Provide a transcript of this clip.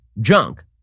junk